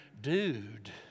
dude